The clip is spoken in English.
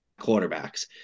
quarterbacks